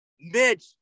Mitch